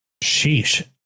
Sheesh